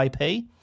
IP